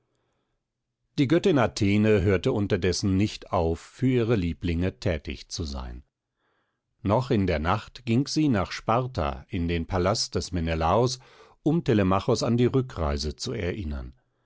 die göttin athene hörte unterdessen nicht auf für ihre lieblinge thätig zu sein noch in der nacht ging sie nach sparta in den palast des menelaos um telemachos an die rückreise zu erinnern